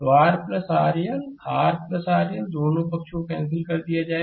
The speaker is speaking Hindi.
तो R RL R RL दोनों पक्षों को कैंसिल कर दिया जाएगा